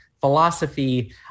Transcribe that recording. philosophy